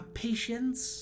patience